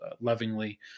lovingly